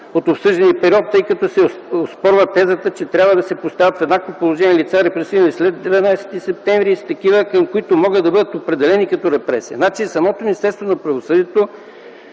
от обсъждания период, тъй като се оспорва тезата, че трябва да се поставят в еднакво положение лица, репресирани след 12 септември, и такива, които могат да бъдат определени като репресирани”. Самото Министерство на правосъдието,